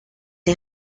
les